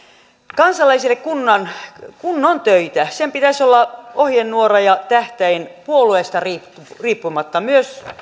kansalaisille kunnon töitä sen pitäisi olla ohjenuora ja tähtäin puolueesta riippumatta riippumatta myös